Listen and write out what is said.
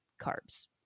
carbs